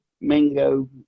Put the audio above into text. mingo